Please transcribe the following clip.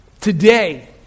Today